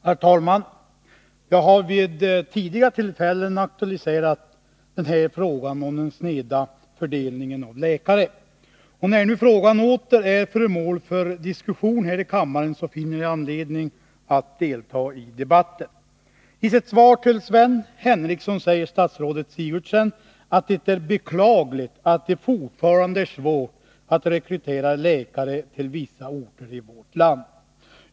Herr talman! Jag har vid tidigare tillfällen aktualiserat frågan om den sneda fördelningen av läkare. När den frågan nu åter är föremål för diskussion här i kammaren finner jag anledning att delta i debatten. I sitt svar till Sven Henricsson sade statsrådet Sigurdsen att det är beklagligt att det fortfarande är svårt att rekrytera läkare till vissa orter i vårt land.